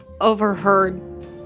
overheard